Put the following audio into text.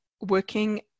working